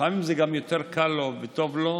לפעמים זה גם יותר קל לו וטוב לו.